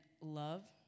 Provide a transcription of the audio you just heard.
love